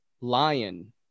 Lion